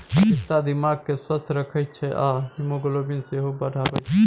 पिस्ता दिमाग केँ स्वस्थ रखै छै आ हीमोग्लोबिन सेहो बढ़ाबै छै